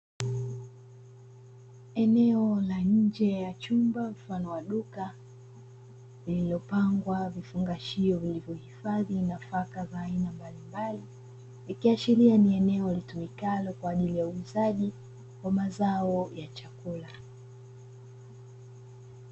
Eneo la nje ya chumba mfano wa duka lililopangwa vifungashio vilivyohifadhi nafaka za aina mbalimbali ikiashiria ni eneo litumikalo kwa ajili ya uuzaji wa mazao ya chakula